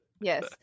Yes